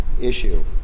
issue